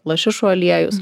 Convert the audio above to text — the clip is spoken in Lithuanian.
lašišų aliejus